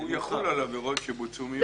"והוא יחול על עבירות שבוצעו מיום התחילה".